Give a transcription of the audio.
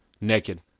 naked